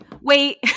wait